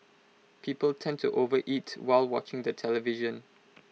people tend to overeat while watching the television